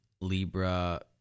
libra